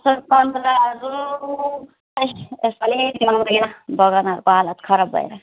असार पन्ध्रहरू यस पालि बगानहरूको हालत खराब भएर